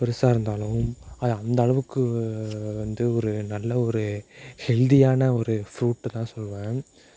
பெருசாக இருந்தாலும் அது அந்த அளவுக்கு வந்து ஒரு நல்ல ஒரு ஹெல்த்தியான ஒரு ஃபுரூட்டுனுதான் சொல்வேன்